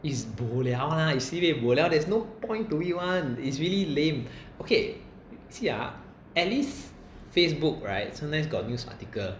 is boliao la sibei boliao there's no point to it [one] is really lame okay see ah at least Facebook right sometimes got news article